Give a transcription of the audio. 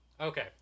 Okay